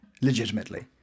legitimately